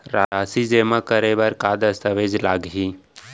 राशि जेमा करे बर का दस्तावेज लागही?